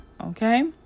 okay